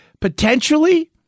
potentially